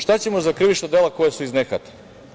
Šta ćemo za krivična dela koja su ih nehata?